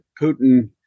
Putin